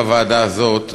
בוועדה הזאת,